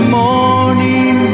morning